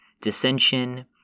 dissension